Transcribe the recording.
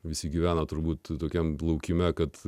visi gyvena turbūt tokiam plaukime kad